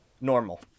Normal